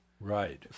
Right